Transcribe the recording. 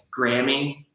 Grammy